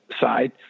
side